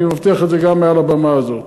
ואני מבטיח את זה גם מעל הבמה הזאת.